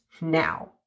now